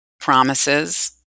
promises